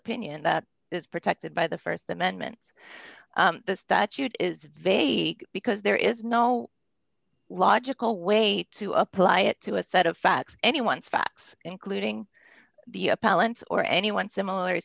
opinion that is protected by the st amendment the statute is vague because there is no logical way to apply it to a set of facts anyone's facts including the appellant's or anyone similar